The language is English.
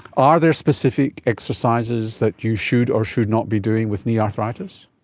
are there specific exercises that you should or should not be doing with knee arthritis?